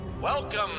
Welcome